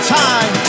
time